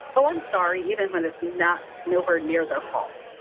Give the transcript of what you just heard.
oh, i'm sorry, even when it's not nowhere near their fault.